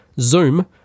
Zoom